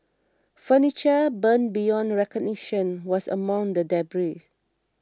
furniture burned beyond recognition was among the debris